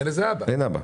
אין אבא.